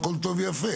הכול טוב ויפה,